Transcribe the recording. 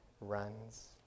runs